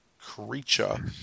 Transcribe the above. creature